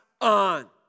on